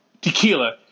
tequila